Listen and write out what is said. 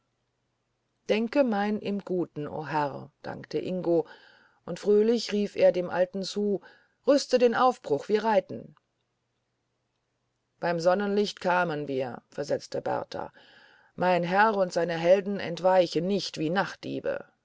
denke mein im guten o herr dankte ingo und fröhlich rief er dem alten zu rüste den aufbruch wir reiten bei sonnenlicht kamen wir versetzte berthar mein herr und seine helden entweichen nicht wie nachtdiebe